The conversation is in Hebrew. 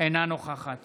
אינה נוכחת